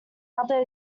other